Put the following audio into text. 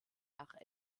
nach